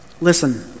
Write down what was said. listen